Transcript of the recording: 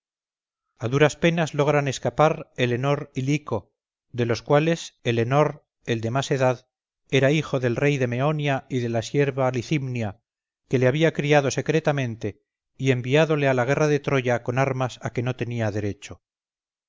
a duras penas logran escapar helenor y lico de los cuales helenor el de más edad era hijo del rey de meonia y de la sierva licimnia que le había criado secretamente y enviádole a la guerra de troya con armas a que no tenía derecho